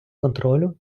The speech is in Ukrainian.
контролю